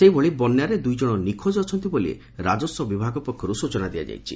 ସେହିଭଳି ବନ୍ୟାରେ ଦୂଇଜଣ ନିଖୋଜ ଅଛନ୍ତି ବୋଲି ରାଜସ୍ୱ ବିଭାଗ ପକ୍ଷରୁ ସୂଚନା ଦିଆଯାଇଛି